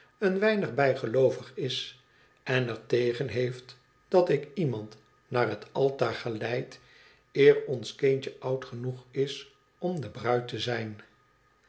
een weinig bijgeloovig is en er tegen heeft dat ik iemand naar het altaar geleid eer ons kindje oud genoeg is om de bruid te zijn